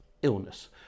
Illness